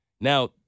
Now